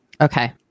Okay